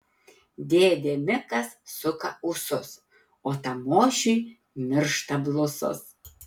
dėdė mikas suka ūsus o tamošiui miršta blusos